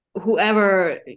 whoever